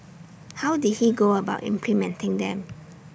how did he go about implementing them